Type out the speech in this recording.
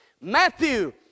Matthew